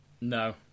No